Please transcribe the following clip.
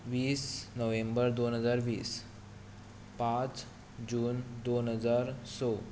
वीस नोव्हेंबर दोन हजार वीस पांच जून दोन हजार स